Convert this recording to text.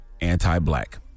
anti-black